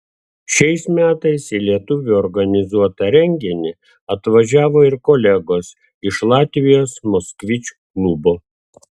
šiais metais į lietuvių organizuotą renginį atvažiavo ir kolegos iš latvijos moskvič klubo